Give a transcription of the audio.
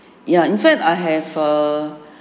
ya in fact I have a